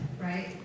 Right